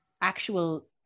actual